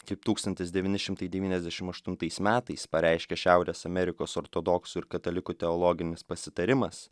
kaip tūkstantis devyni šimtai devyniasdešimt aštuntais metais pareiškė šiaurės amerikos ortodoksų ir katalikų teologinis pasitarimas